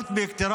(אומר